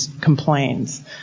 complains